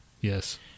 yes